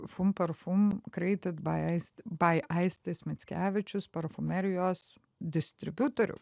fumparfum kreitid bai ais bai aistis mickevičius parfumerijos distributorių